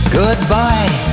goodbye